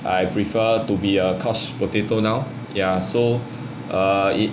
I prefer to be a couch potato now ya so err it